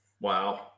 Wow